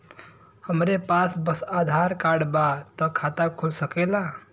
हमरे पास बस आधार कार्ड बा त खाता खुल सकेला?